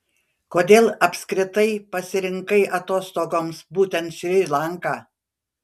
kodėl apskritai pasirinkai atostogoms būtent šri lanką